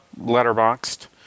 Letterboxed